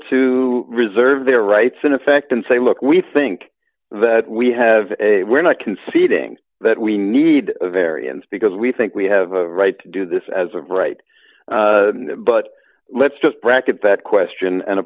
to reserve their rights in effect and say look we think that we have a we're not conceding that we need a variance because we think we have a right to do this as of right but let's just bracket that question and